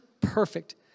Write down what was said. perfect